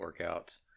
workouts